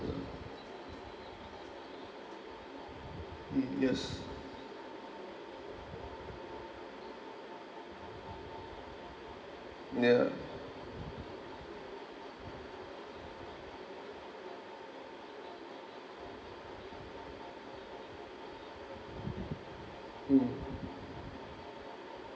mm yes yeah mm